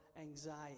anxiety